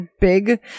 big